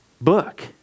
book